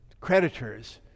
creditors